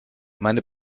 meine